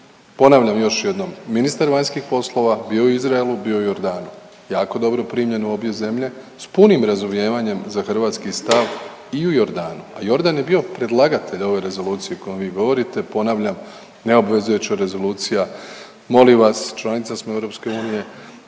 Ponavljam još jednom, ministar vanjskih poslova bio je u Izraelu i bio je u Jordanu, jako dobro primljen u obje zemlje s punim razumijevanjem za hrvatski stav i u Jordanu, a Jordan je bio predlagatelj ove rezolucije o kojoj vi govorite, ponavljam neobvezujuća rezolucija, molim vas članica smo EU, pogledajte